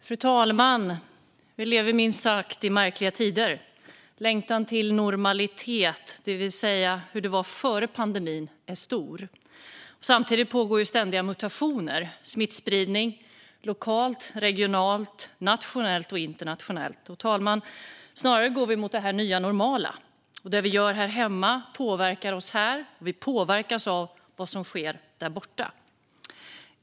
Fru talman! Vi lever i minst sagt märkliga tider. Längtan till normalitet, det vill säga hur det var före pandemin, är stor. Samtidigt pågår ständiga mutationer och smittspridning lokalt, regionalt, nationellt och internationellt. Fru talman! Snarare går vi mot det nya normala. Det vi gör här hemma påverkar oss här, och vi påverkas av vad som sker där borta.